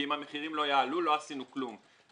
כי אם המחירים לא יעלו לא עשינו כלום.